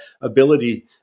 ability